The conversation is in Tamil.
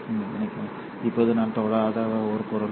இணைக்கவும் இப்போது நாம் தொடாத ஒரு பொருள்